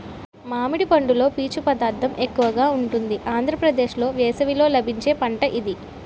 మామిడి పండులో పీచు పదార్థం ఎక్కువగా ఉంటుంది ఆంధ్రప్రదేశ్లో వేసవిలో లభించే పంట ఇది